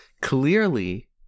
clearly